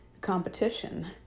competition